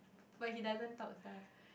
but he doesn't talks lah